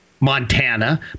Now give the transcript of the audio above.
Montana